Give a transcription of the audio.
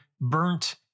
burnt